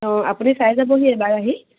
অঁ আপুনি চাই যাবহি এবাৰ আহি